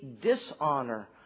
dishonor